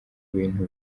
bintu